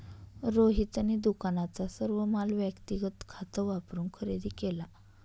रोहितने दुकानाचा सर्व माल व्यक्तिगत खात वापरून खरेदी केला